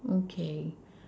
okay